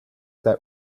that